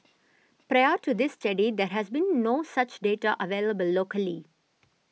prior to this study there has been no such data available locally